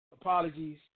apologies